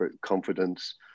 confidence